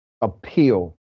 appeal